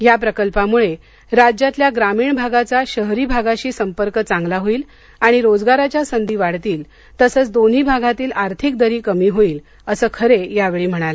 या प्रकल्पामुळे राज्यातल्या ग्रामीण भागाचा शहरी भागाशी संपर्क चांगला होईल आणि रोजगाराच्या संधी वाढतील तसंच दोन्ही भागातील आर्थिक दरी कमी होईल असं खरे यावेळी म्हणाले